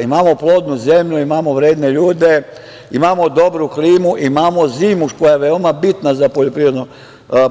Imamo plodnu zemlju, imamo vredne ljude, imamo dobru klimu, imamo zimu, koja je veoma bitna za